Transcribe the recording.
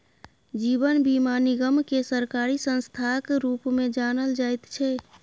जीवन बीमा निगमकेँ सरकारी संस्थाक रूपमे जानल जाइत छै